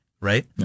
right